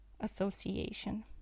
Association